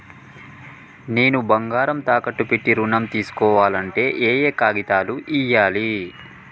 నేను బంగారం తాకట్టు పెట్టి ఋణం తీస్కోవాలంటే ఏయే కాగితాలు ఇయ్యాలి?